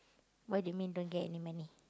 what do you mean don't get any money